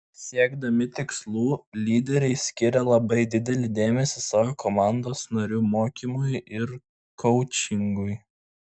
siekdami tikslų lyderiai skiria labai didelį dėmesį savo komandos narių mokymui ir koučingui